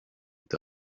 est